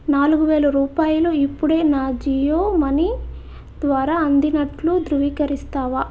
నాలుగు వేల రూపాయలు ఇప్పుడే నా జియో మనీ ద్వారా అందినట్లు ధృవీకరిస్తావా